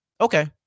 Okay